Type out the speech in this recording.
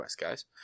guys